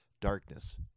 darkness